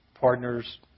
partners